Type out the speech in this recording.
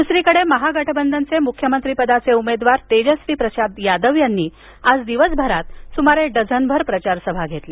दुसरीकडे महागठबंधनचे मुख्यमंत्री पदाचे उमेदवार तेजस्वी प्रसाद यादव यांनी आज दिवसभरात सुमारे डझनभर प्रचारसभा घेतल्या